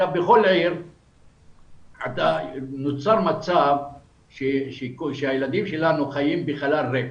בכל עיר נוצר מצב שהילדים שלנו חיים בחלל ריק.